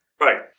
Right